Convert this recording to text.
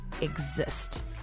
exist